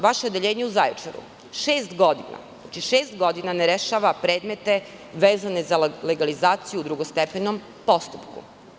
Vaše odeljenje u Zaječaru šest godina ne rešava predmete vezane za legalizaciju u drugostepenom postupku.